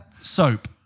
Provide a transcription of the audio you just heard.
Soap